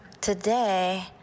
today